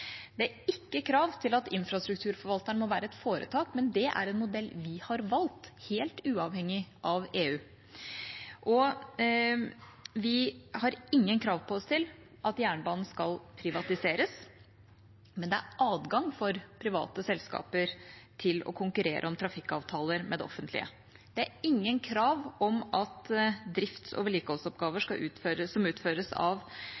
Det er ikke krav til at infrastrukturforvalteren må være et foretak, men det er en modell vi har valgt, helt uavhengig av EU. Vi har ingen krav på oss til at jernbanen skal privatiseres, men det er adgang for private selskaper til å konkurrere om trafikkavtaler med det offentlige. Det er ingen krav om at drifts- og vedlikeholdsoppgaver som utføres av